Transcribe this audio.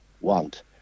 want